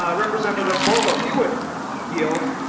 ah representative vogel if you would yield?